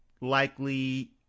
likely